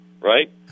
right